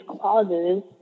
clauses